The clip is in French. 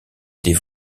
des